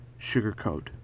sugarcoat